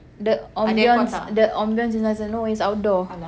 the ambience the ambience is no it doesn't it's outdoor